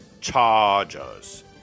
Chargers